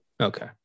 okay